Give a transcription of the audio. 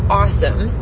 awesome